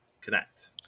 connect